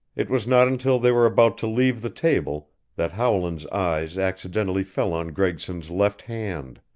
it was not until they were about to leave the table that howland's eyes accidentally fell on gregson's left hand.